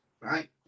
right